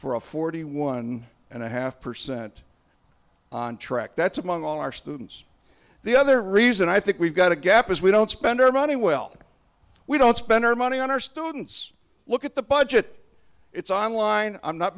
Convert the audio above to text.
for a forty one and a half percent on track that's among all our students the other reason i think we've got a gap is we don't spend our money well we don't spend our money on our students look at the budget it's online i'm not